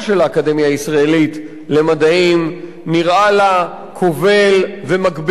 הישראלית למדעים נראה לה כובל ומגביל מדי.